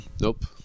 Nope